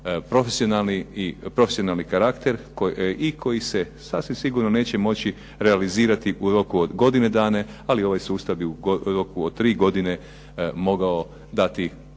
profesionalni karakter koji se sasvim sigurno neće moći realizirati u roku od godine dana ali ovaj sustav bi u roku od tri godine dati